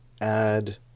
add